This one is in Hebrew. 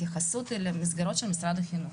אלה מסגרות של משרד החינוך.